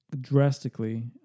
drastically